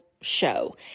show